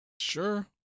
Sure